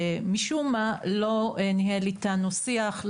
משום מה לא ניהל איתנו שיח,